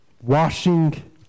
washing